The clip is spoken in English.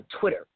Twitter